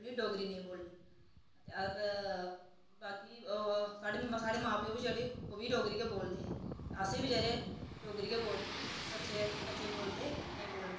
बोलनी डोगरी नेईं बोलनी बाकी साढ़े मां प्यो जेह्ड़े ओह्बी डोगरी गै बोलदे हे अस बी जेह्ड़े डोगरी गै बोलदे हे बच्चे बोलदे नेईं